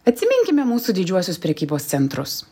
atsiminkime mūsų didžiuosius prekybos centrus